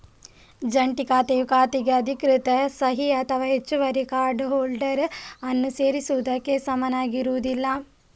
ಜಂಟಿ ಖಾತೆಯು ಖಾತೆಗೆ ಅಧಿಕೃತ ಸಹಿ ಅಥವಾ ಹೆಚ್ಚುವರಿ ಕಾರ್ಡ್ ಹೋಲ್ಡರ್ ಅನ್ನು ಸೇರಿಸುವುದಕ್ಕೆ ಸಮನಾಗಿರುವುದಿಲ್ಲ